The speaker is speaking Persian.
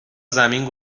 زمین